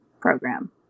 program